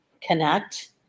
connect